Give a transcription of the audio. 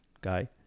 guy